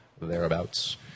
thereabouts